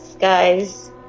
guys